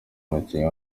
umukinnyi